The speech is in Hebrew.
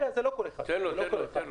תן לו.